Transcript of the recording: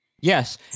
Yes